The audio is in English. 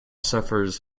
suffers